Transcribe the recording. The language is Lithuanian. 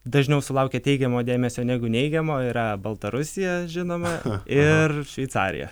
dažniau sulaukia teigiamo dėmesio negu neigiamo yra baltarusija žinoma ir šveicarija